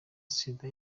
sida